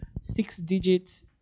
six-digit